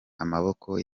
amaboko